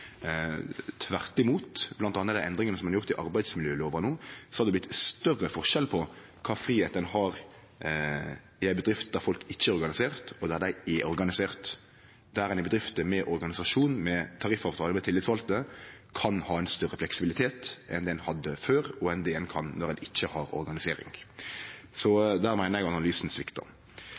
Tvert imot: Med dei endringane ein har gjort i arbeidsmiljølova no, har det vorte større forskjell på fridomen ein har i ei bedrift der folk ikkje er organiserte, og der dei er organiserte, der ein i bedrifter med organisasjon, med tariffavtale med dei tillitsvalde, kan ha ein større fleksibilitet enn det ein hadde før, og det ein kan når ein ikkje har organisering. Så der meiner eg at analysen